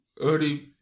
early